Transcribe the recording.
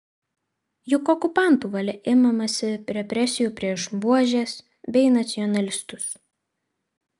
juk okupantų valia imamasi represijų prieš buožes bei nacionalistus